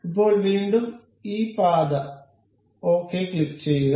ഇപ്പോൾ വീണ്ടും ഈ പാത ഓകെ ക്ലിക്കു ചെയ്യുക